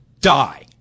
die